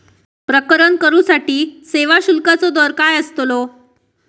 प्रकरण करूसाठी सेवा शुल्काचो दर काय अस्तलो?